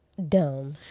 dumb